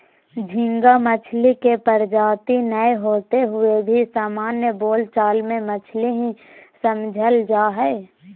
झींगा मछली के प्रजाति नै होते हुए भी सामान्य बोल चाल मे मछली ही समझल जा हई